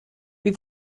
wie